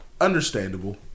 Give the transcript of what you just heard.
understandable